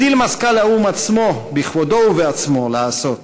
הגדיל מזכ"ל האו"ם עצמו, בכבודו ובעצמו, לעשות,